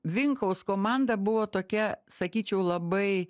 vinkaus komanda buvo tokia sakyčiau labai